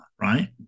right